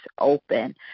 open